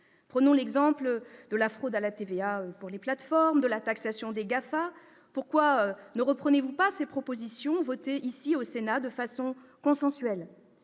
Prenons l'exemple de la fraude à la TVA pour les plateformes ou de la taxation des GAFA. Pourquoi ne reprenez-vous pas ces propositions votées ici, au Sénat, et de façon consensuelle ?